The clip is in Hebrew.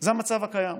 זה המצב הקיים.